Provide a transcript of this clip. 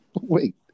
Wait